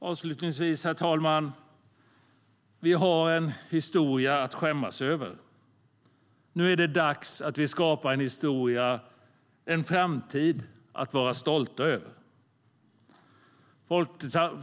Avslutningsvis, herr talman, vill jag säga att vi har en historia att skämmas över. Nu är det dags att skapa en framtid att vara stolta över.